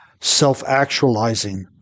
self-actualizing